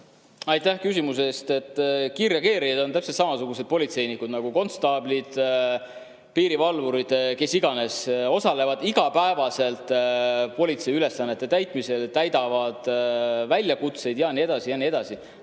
Aitäh küsimuse eest! Kiirreageerijad on täpselt samasugused politseinikud nagu konstaablid, piirivalvurid – kes iganes. Nad osalevad iga päev politsei ülesannete täitmisel, käivad väljakutsetel ja nii edasi ja nii edasi.